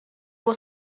was